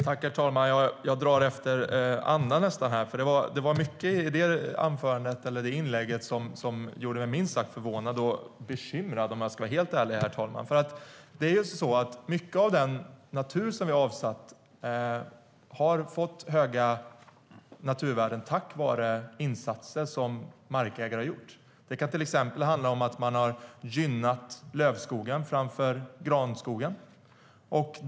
Mycket av den natur som vi har avsatt har fått höga naturvärden tack vare insatser som markägare har gjort. Det kan till exempel handla om att man har gynnat lövskog framför granskog.